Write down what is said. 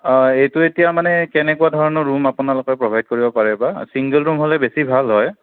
অঁ এইটো এতিয়া মানে কেনেকুৱা ধৰণৰ ৰুম আপোনালোকে প্ৰভাইদ কৰিব পাৰে বা চিংগল ৰুম হ'লে বেছি ভাল হয়